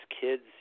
kids